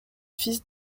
fils